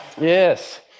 Yes